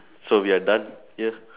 so we are done here